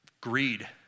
greed